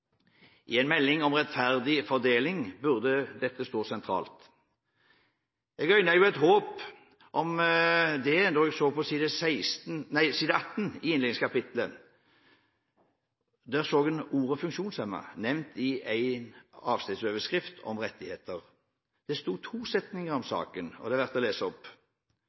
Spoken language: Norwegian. I en melding om rettferdig fordeling burde dette stå sentralt. Jeg øynet et håp om det da jeg på side l8 i innledningskapitlet så ordet «funksjonshemmede» nevnt i en avsnittsoverskrift om rettigheter. Det sto to setninger om saken, og det er verdt å lese opp: